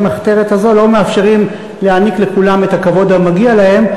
המחתרת הזאת לא מאפשרים להעניק לכולם את הכבוד המגיע להם,